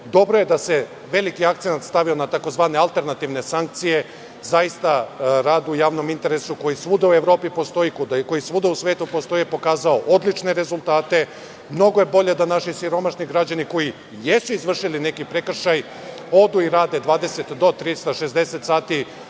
bolje. Dobro je da se veliki akcenat stavlja na tzv. alternativne sankcije. Zaista, rad u javnom interesu, koji svuda u Evropi postoji, koji svuda u svetu postoji, pokazao je odlične rezultate. Mnogo je bolje da naši siromašni građani, koji jesu izvršili neki prekršaj, odu i rade 20 do 360 sati